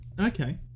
Okay